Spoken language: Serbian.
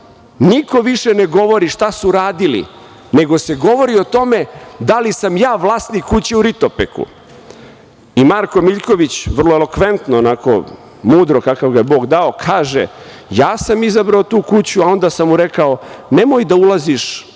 Niko više ne govori šta su radili, nego se govori o tome da li sam ja vlasnik kuće u Ritopeku i Marko Miljković vrlo elokventno, mudro, onako kako ga je Bog dao, kaže – ja sam izabrao tu kuću, a onda sam rekao – nemoj da ulaziš